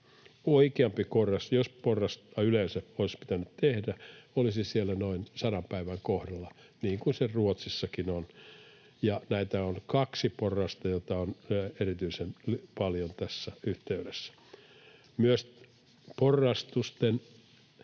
Oikeampi porrastus, jos porrastus yleensä olisi pitänyt tehdä, olisi siellä noin 100 päivän kohdalla, niin kuin se Ruotsissakin on. Ja näitä on kaksi porrasta, mikä on erityisen paljon tässä yhteydessä. Myös porrastusten